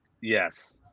yes